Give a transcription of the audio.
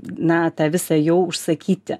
na tą visą jau užsakyti